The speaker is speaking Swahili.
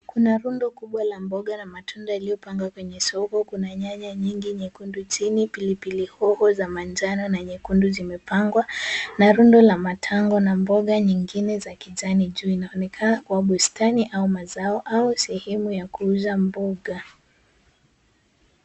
Kuna rundo kubwa la mboga na matunda yaliyopangwa kwenye soko. Kuna nyanya nyingi nyekundu. Chini pilipili hoho za manjano na nyekundu zimepangwa na rundo la matango na mboga nyingine za kijani juu. Inaonekana kuwa bustani au mazao au sehemu ya kuuza mboga.